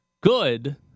good